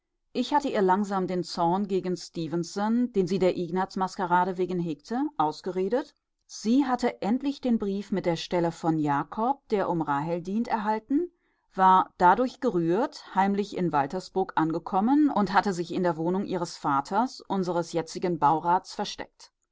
ich hatte ihr langsam den zorn gegen stefenson den sie der ignazmaskerade wegen hegte ausgeredet sie hatte endlich den brief mit der stelle von jakob der um rahel dient erhalten war dadurch gerührt heimlich in waltersburg angekommen und hatte sich in der wohnung ihres vaters unseres jetzigen baurats versteckt